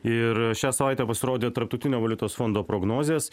ir šią savaitę pasirodė tarptautinio valiutos fondo prognozės